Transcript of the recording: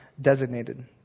designated